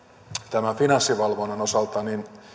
sen verran että finanssivalvonnan osalta